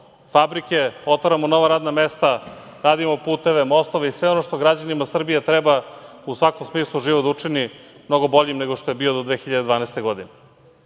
fabrike, otvaramo nova radna mesta, radimo puteve, mostove i sve ono što građanima Srbije treba u svakom smislu život da učini mnogo boljim nego što je bio do 2012. godine. Godine